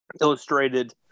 illustrated